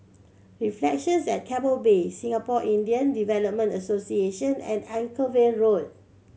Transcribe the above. Reflections at Keppel Bay Singapore Indian Development Association and Anchorvale Road